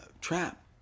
trap